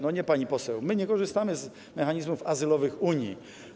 Nie, pani poseł, my nie korzystamy z mechanizmów azylowych Unii.